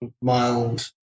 mild